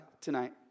tonight